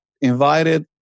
invited